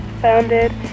founded